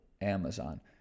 Amazon